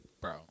Bro